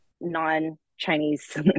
non-Chinese